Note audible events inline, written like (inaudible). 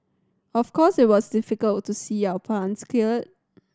of course it was difficult to see our plants (unintelligible)